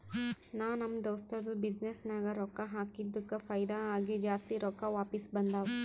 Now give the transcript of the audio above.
ನಾ ನಮ್ ದೋಸ್ತದು ಬಿಸಿನ್ನೆಸ್ ನಾಗ್ ರೊಕ್ಕಾ ಹಾಕಿದ್ದುಕ್ ಫೈದಾ ಆಗಿ ಜಾಸ್ತಿ ರೊಕ್ಕಾ ವಾಪಿಸ್ ಬಂದಾವ್